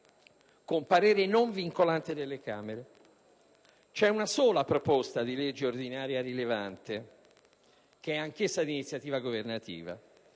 un parere non vincolante. Vi è una sola proposta di legge ordinaria rilevante, anch'essa di iniziativa governativa,